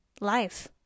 life